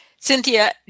Cynthia